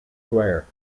square